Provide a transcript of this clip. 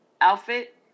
outfit